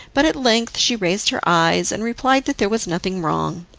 but at length she raised her eyes, and replied that there was nothing wrong.